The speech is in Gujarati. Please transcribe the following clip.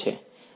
વિદ્યાર્થી